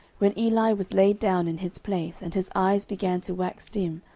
when eli was laid down in his place, and his eyes began to wax dim,